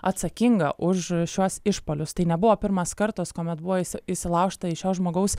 atsakinga už šiuos išpuolius tai nebuvo pirmas kartas kuomet buvo įsi įsilaužta į šio žmogaus